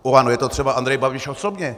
U ANO je to třeba Andrej Babiš osobně.